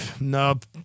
Nope